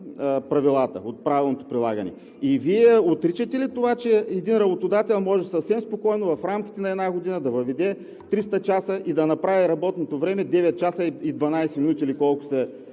повече от правилното прилагане? Вие отричате ли това, че един работодател може съвсем спокойно в рамките на една година да въведе 300 часа и да направи работното време 9 часа и 12 минути, или колкото се